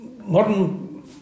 modern